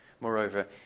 Moreover